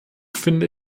finde